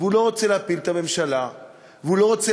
והוא לא רוצה להפיל את הממשלה והוא לא רוצה